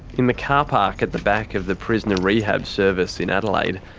in the car park at the back of the prisoner rehab service in adelaide,